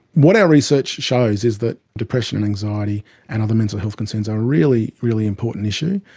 what our research shows is that depression and anxiety and other mental health concerns are a really, really important issue.